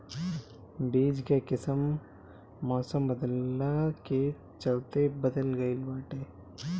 बीज कअ किस्म मौसम बदलला के चलते बदल गइल बाटे